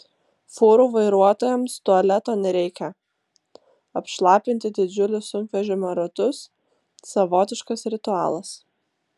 fūrų vairuotojams tualeto nereikia apšlapinti didžiulius sunkvežimio ratus savotiškas ritualas